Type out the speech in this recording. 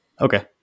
Okay